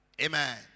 Amen